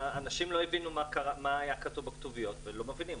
האנשים לא הבינו מה היה כתוב בכתוביות ולא מבינים,